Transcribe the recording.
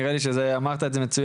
נראה לי שאמרת את זה מצויין.